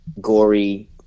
gory